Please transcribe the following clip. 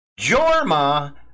Jorma